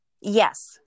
Yes